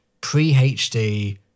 pre-HD